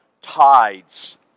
tides